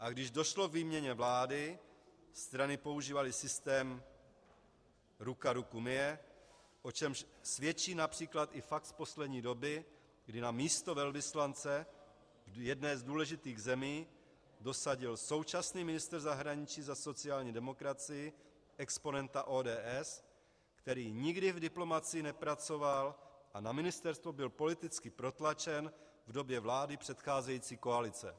A když došlo k výměně vlády, strany používaly systém ruka ruku myje, o čemž svědčí například i fakt z poslední doby, kdy na místo velvyslance v jedné z důležitých zemí dosadil současný ministr zahraničí za sociální demokracii exponenta ODS, který nikdy v diplomacii nepracoval a na ministerstvo byl politicky protlačen v době vlády předcházející koalice.